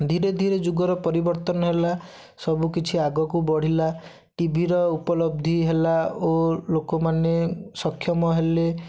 ଧୀରେ ଧୀରେ ଯୁଗର ପରିବର୍ତ୍ତନ ହେଲା ସବୁକିଛି ଆଗକୁ ବଢ଼ିଲା ଟିଭିର ଉପଲବ୍ଧି ହେଲା ଓ ଲୋକମାନେ ସକ୍ଷମ ହେଲେ